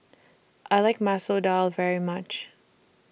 I like Masoor Dal very much